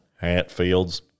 Hatfields